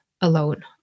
alone